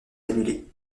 annulée